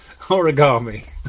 Origami